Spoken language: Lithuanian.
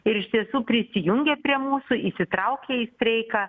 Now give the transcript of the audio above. ir iš tiesų prisijungia prie mūsų įsitraukia į streiką